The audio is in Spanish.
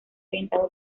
orientado